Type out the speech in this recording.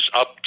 up